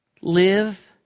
Live